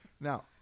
Now